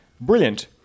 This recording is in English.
Brilliant